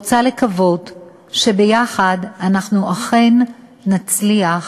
ואני רוצה לקוות שביחד אנחנו אכן נצליח